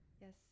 yes